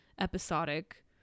episodic